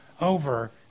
over